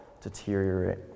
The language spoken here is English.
deteriorate